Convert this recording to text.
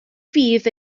fydd